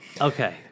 Okay